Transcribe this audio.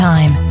Time